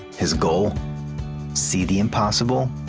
his goal see the impossible,